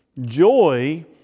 Joy